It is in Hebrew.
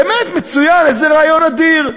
באמת, מצוין, איזה רעיון אדיר.